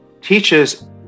teaches